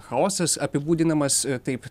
chaosas apibūdinamas taip